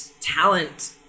talent